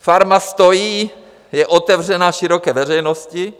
Farma stojí, je otevřena široké veřejnosti.